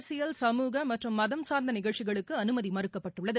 அரசியல் சமூக மற்றும் மதம் சார்ந்த நிகழ்ச்சிகளுக்கு அனுமதி மறுக்கப்பட்டுள்ளது